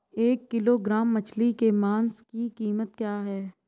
एक किलोग्राम मछली के मांस की कीमत क्या है?